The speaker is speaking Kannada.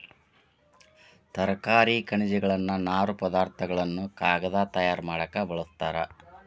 ತರಕಾರಿ ಖನಿಜಗಳನ್ನ ನಾರು ಪದಾರ್ಥ ಗಳನ್ನು ಕಾಗದಾ ತಯಾರ ಮಾಡಾಕ ಬಳಸ್ತಾರ